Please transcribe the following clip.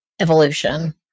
evolution